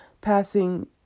passing